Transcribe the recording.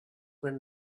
when